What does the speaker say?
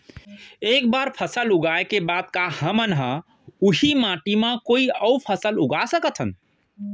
एक बार फसल उगाए के बाद का हमन ह, उही माटी मा कोई अऊ फसल उगा सकथन?